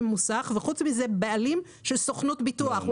מוסך וחוץ מזה בעלים של סוכנות ביטוח.